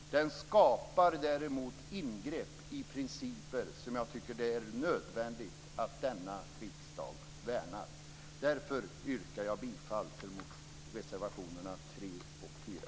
Den skapar däremot ingrepp i principer som jag tycker att det är nödvändigt att denna riksdag värnar. Fru talman! Därför yrkar jag bifall till reservationerna 3 och 4.